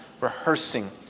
rehearsing